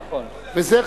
נכון.